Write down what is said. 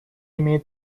имеет